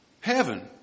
heaven